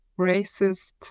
racist